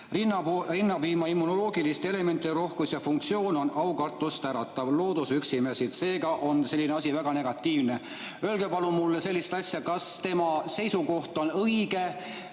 Rinnapiima immunoloogiliste elementide rohkus ja funktsioon on aukartust äratav, looduse üks imesid. Seega on selline asi väga negatiivne." Öelge palun mulle sellist asja: kas tema seisukoht on õige?